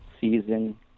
season